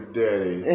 daddy